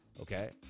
okay